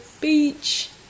beach